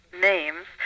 names